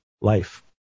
life